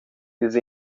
ils